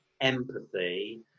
empathy